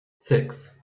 six